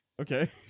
Okay